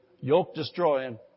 yoke-destroying